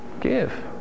Give